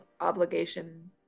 obligation